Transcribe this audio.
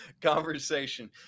conversation